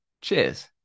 Cheers